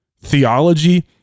theology